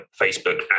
Facebook